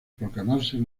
proclamarse